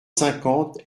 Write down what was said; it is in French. cinquante